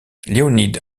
leonid